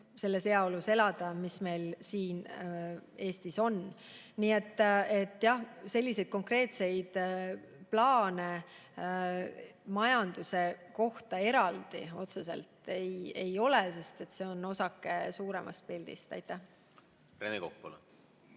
selles heaolus, mis meil siin Eestis on. Nii et jah, selliseid konkreetseid plaane majanduse kohta eraldi otseselt ei ole, sest see on osake suuremast pildist. Aitäh! Praegu